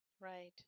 Right